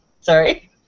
sorry